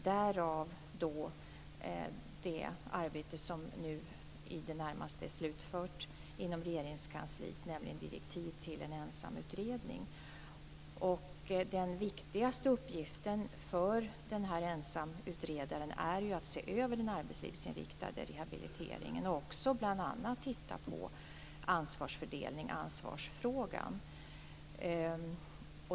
Därav det arbete som nu i det närmaste är slutfört inom Regeringskansliet, nämligen direktiv till en ensamutredning. Den viktigaste uppgiften för ensamutredaren är ju att se över den arbetslivsinriktade rehabiliteringen och också bl.a. titta på ansvarsfördelningen, ansvarsfrågan.